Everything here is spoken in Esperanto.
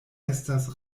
estas